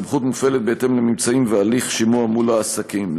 הסמכות מופעלת בהתאם לממצאים ולהליך שימוע מול העסקים.